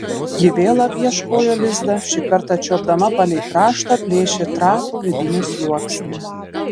ji vėl apieškojo lizdą šį kartą čiuopdama palei kraštą plėšė trapų vidinį sluoksnį